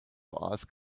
ask